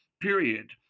period